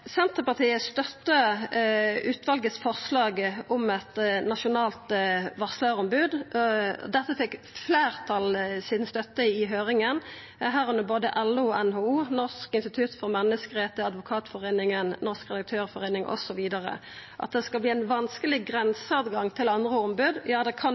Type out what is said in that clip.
Senterpartiet støttar utvalets forslag om eit nasjonalt varslarombod. Dette fekk fleirtalets støtte i høyringa – medrekna både LO og NHO, Noregs nasjonale institusjon for menneskerettar, Advokatforeningen, Norsk Redaktørforening, osv. At det kan verta ein vanskeleg grensegang til andre ombod, kan vera eit argument, men det